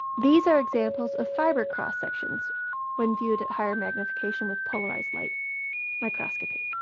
these are examples of fiber cross-sections when viewed at higher magnification with polarized light microscopy.